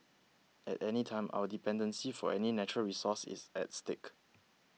at any time our dependency for any natural resource is at stake